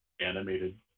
animated